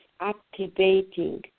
activating